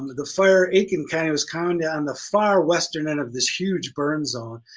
the fire, aiken county was coming down the far western end of this huge burn zone,